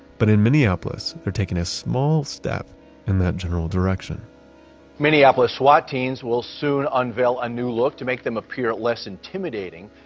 but in minneapolis they're taking a small step in that general direction minneapolis swat teams will soon unveil a new look to make them appear less intimidating.